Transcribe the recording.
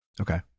Okay